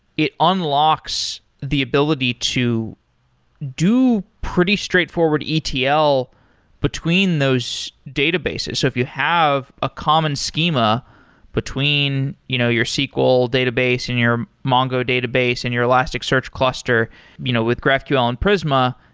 it unlocks the ability to do pretty straightforward etl between those databases. if you have a common schema between you know your sql database and your mongo database and your elasticsearch cluster you know with graphql and prisma,